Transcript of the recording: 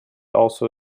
also